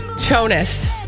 Jonas